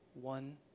One